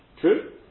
True